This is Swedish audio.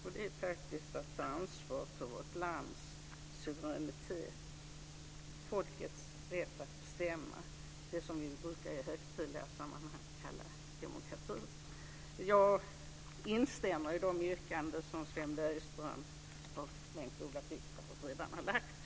Det är faktiskt att ta ansvar för vårt lands suveränitet och folkets rätt att bestämma, det som vi i högtidliga sammanhang brukar kalla demokrati. Jag instämmer i de yrkanden som Sven Bergström och Bengt-Ola Ryttar redan har gjort.